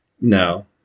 No